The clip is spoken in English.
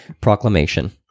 proclamation